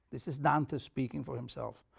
this is dante speaking for himself,